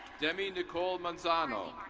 demy nichole monzanoh.